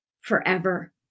forever